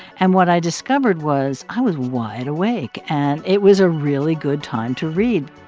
and what i discovered was i was wide awake. and it was a really good time to read